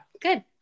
Good